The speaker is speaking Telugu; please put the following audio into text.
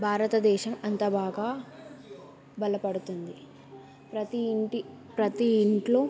భారతదేశం అంత బాగా బలపడుతుంది ప్రతి ఇంటి ప్రతి ఇంట్లో